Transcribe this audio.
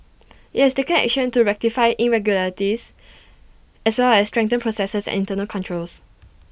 IT has taken action to rectify irregularities as well as strengthen processes internal controls